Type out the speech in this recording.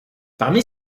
parmi